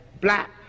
black